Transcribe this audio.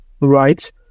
right